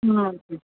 ஆ okay